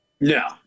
No